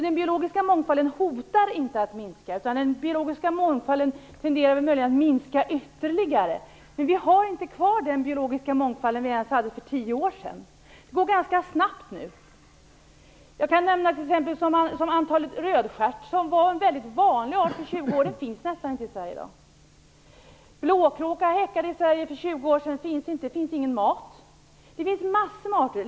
Den biologiska mångfalden hotar alltså inte att minska utan den biologiska mångfalden tenderar möjligen att minska ytterligare. Men vi har inte ens kvar den biologiska mångfald som vi hade för tio år sedan. Det går ganska snabbt nu. Som exempel kan jag nämna att rödstjärt, som var en väldigt vanlig art för 20 år sedan, finns nästan inte i Sverige i dag. Blåkråka häckade i Sverige för 20 år sedan, men nu finns det ingen mat för den. Det rör sig om massor av arter.